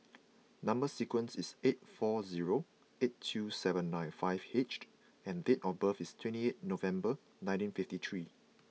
number sequence is eight four zero eight two seven nine five H and date of birth is twenty eight November nineteen fifty three